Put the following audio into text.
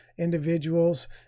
individuals